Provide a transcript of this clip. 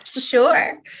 sure